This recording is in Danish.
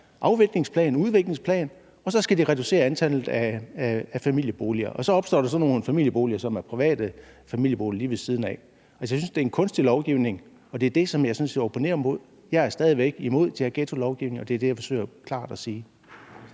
afviklingsplan eller udviklingsplan, og så skal de reducere antallet af familieboliger. Så opstår der så nogle familieboliger, som er private familieboliger lige ved siden af. Jeg synes, det er en kunstig lovgivning, og det er det, som jeg sådan set opponerer imod. Jeg er stadig væk imod den her ghettolovgivning, og det er det, jeg forsøger at sige